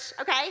okay